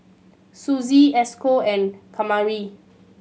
Suzy Esco and Kamari